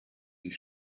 die